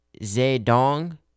Zedong